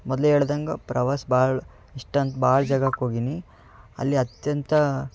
ಮೊದಲೇ ಹೇಳ್ದಂಗ ಪ್ರವಾಸ ಭಾಳ ಇಷ್ಟ ಅಂತ ಭಾಳ ಜಾಗಕ್ ಹೋಗಿನಿ ಅಲ್ಲಿ ಅತ್ಯಂತ